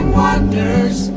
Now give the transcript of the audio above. wonders